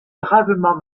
gravement